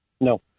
No